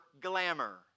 glamour